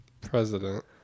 President